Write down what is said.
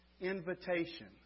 invitation